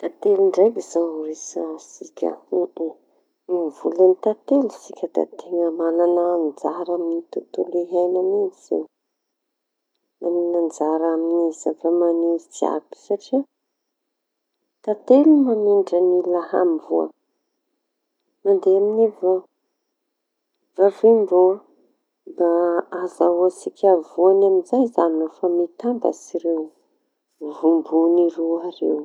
Tantely ndraiky zao resahantsika. No mivolaña tantely sika da teña manan'anjara amin'ny zava-maniry jiaby. Satria tantely no mamindra laha mboa mandeha amin'ny voa vavi- m- boa mba ahazoa tsika voañy amizay zañy rehefa mitambatsy reo vovomboñy roa reo.